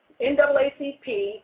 NAACP